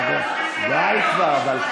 גביר, די כבר.